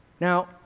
Now